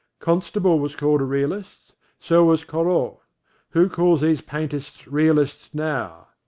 constable was called a realist so was corot. who calls these painters realists now?